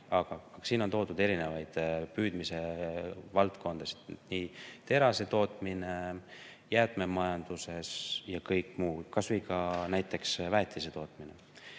Aga siin on toodud erinevaid püüdmise valdkondi, nagu terasetootmine, jäätmemajandus ja kõik muu, kas või näiteks väetisetootmine.